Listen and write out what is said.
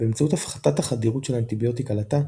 באמצעות הפחתת החדירות של האנטיביוטיקה לתא,